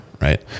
right